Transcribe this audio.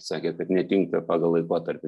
sakė kad netinka pagal laikotarpį